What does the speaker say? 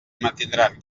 mantindran